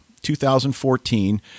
2014